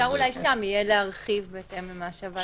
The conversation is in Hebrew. אפשר אולי שם יהיה להרחיב בהתאם למה שהוועדה תחליט.